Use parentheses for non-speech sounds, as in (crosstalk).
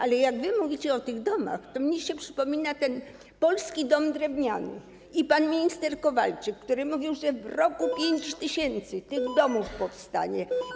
Ale jak wy mówicie o tych domach, to mi się przypomina ten polski dom drewniany i pan minister Kowalczyk, który mówił, że w roku (noise) 5 tys. tych domów powstanie.